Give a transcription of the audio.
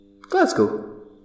Glasgow